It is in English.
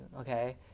okay